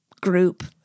group